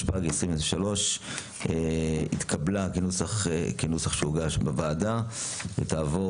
תשפ"ג-2023 התקבלה כנוסח שהוגש בוועדה ותעבור